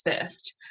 first